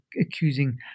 accusing